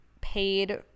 paid